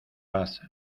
paz